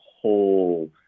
whole